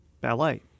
Ballet